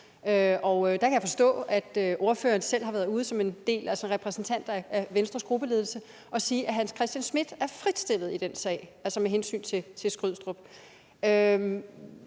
og jeg kan forstå, at ordføreren selv har været ude som repræsentant for Venstres gruppeledelse og sige, at Hans Christian Schmidt er fritstillet med hensyn til Skrydstrup.